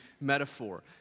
metaphor